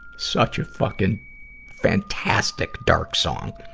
such a fucking fantastic dark song!